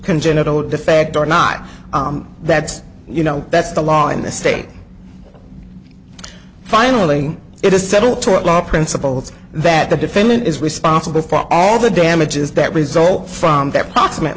congenital defect or not that's you know that's the law in the state finally it is settled tort law principles that the defendant is responsible for all the damages that result from that proximate